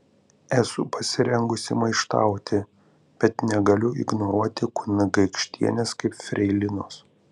esu pasirengusi maištauti bet negaliu ignoruoti kunigaikštienės kaip freilinos